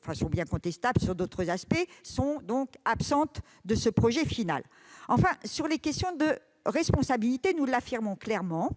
projet bien contestable par d'autres aspects, sont donc absentes de ce projet final. Enfin, sur les questions de responsabilité, nous l'affirmons clairement,